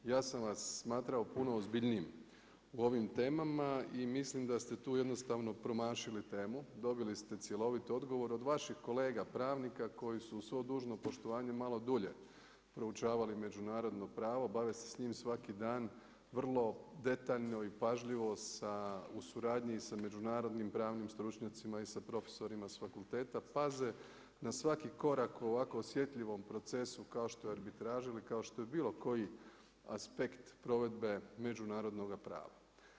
Ja sam vas smatrao puno ozbiljnijim u ovim temama i mislim da ste tu jednostavno promašili temu, dobili ste cjeloviti odgovor od vaših kolega pravnika koji su uz svo dužno poštovanje malo dulje proučavali međunarodno pravo, bave sa njim svaki dan, vrlo detaljno i pažljivo u suradnji sa međunarodnim pravnim stručnjacima i sa profesorima sa fakulteta paze na svaki korak u ovako osjetljivom procesu kao što je arbitraža ili kao što je bilo koji aspekt provedbe međunarodnoga prava.